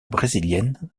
brésiliennes